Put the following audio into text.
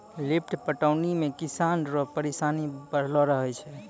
lift पटौनी मे किसान रो परिसानी बड़लो रहै छै